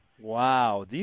Wow